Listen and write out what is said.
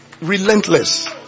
Relentless